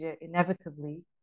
inevitably